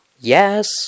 Yes